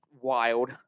wild